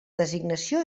designació